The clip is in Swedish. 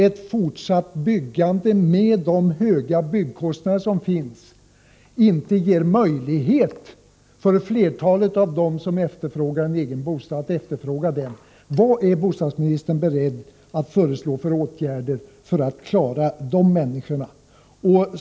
Ett fortsatt byggande med de höga byggnadskostnader vi har i dag ger inte flertalet av dem som saknar egen bostad någon möjlighet att efterfråga en sådan. Vilka åtgärder är bostadsministern beredd att föreslå för att tillgodose kraven från dessa människor?